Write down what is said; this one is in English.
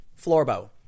Florbo